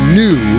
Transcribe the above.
new